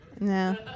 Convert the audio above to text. No